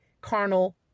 carnal